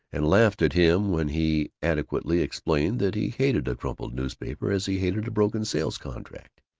and laughed at him when he adequately explained that he hated a crumpled newspaper as he hated a broken sales-contract.